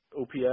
OPS